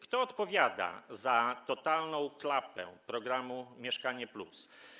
Kto odpowiada za totalną klapę programu „Mieszkanie+”